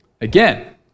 Again